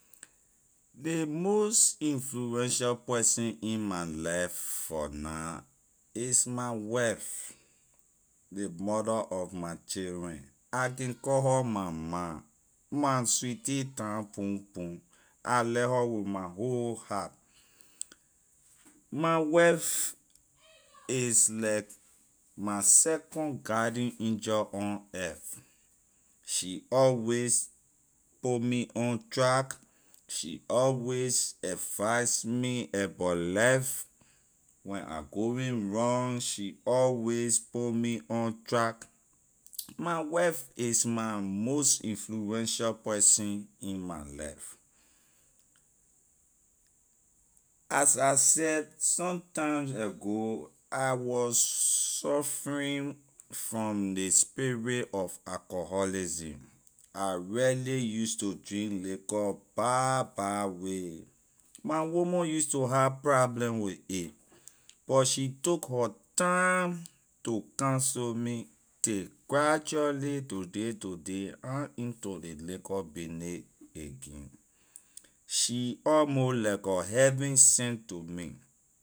Ley most influential person in my life for now is my wife ley morlor of my children I can call her my ma my sweetie tanpupu I like her with my whole heart my wife is like my second guarding angel on earth she always put me on track she always advise me about life when I going wrong she always put me on track my wife is my most influential person in my life as I said sometimes ago I wor suffering from ley spirit of alcoholism I really use to drink liquor bad bad way my woman use to have problem with a but she took her time to counsel me till gradually today today I na into ley liquor bayney again she almost like a heaven sent to me.